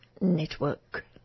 Network